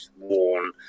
worn